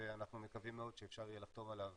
ואנחנו מקווים מאוד שאפשר יהיה לחתום עליו